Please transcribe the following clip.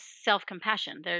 self-compassion